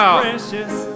precious